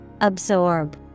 Absorb